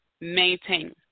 maintain